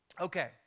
Okay